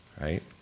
right